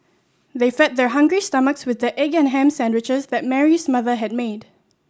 they fed their hungry stomachs with the egg and ham sandwiches that Mary's mother had made